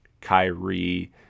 Kyrie